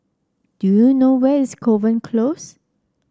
do you know where is Kovan Close